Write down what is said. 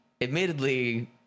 admittedly